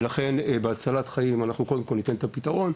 ולכן בהצלת חיים אנחנו קודם כל ניתן את הפתרון,